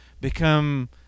become